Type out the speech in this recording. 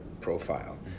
profile